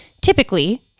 typically